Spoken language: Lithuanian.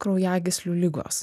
kraujagyslių ligos